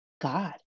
God